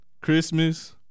Christmas